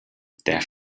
der